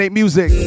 music